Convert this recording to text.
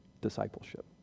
discipleship